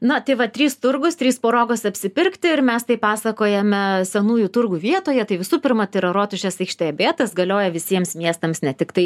na tie va trys turgūs trys progos apsipirkti ir mes tai pasakojame senųjų turgų vietoje tai visų pirma tai yra rotušės aikštė beje tas galioja visiems miestams ne tiktai